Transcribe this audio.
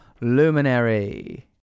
Luminary